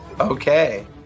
Okay